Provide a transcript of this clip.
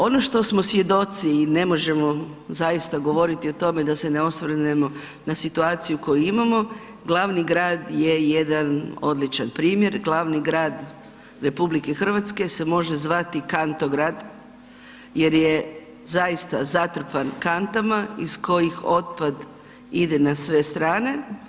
Ono što smo svjedoci i ne možemo zaista govoriti o tome da se ne osvrnemo na situaciju koju imamo, glavni grad je jedan odličan primjer, glavni grad RH se može zvati kantograd jer je zaista zatrpan kantama iz kojih otpad ide na sve strane.